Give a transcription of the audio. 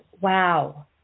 Wow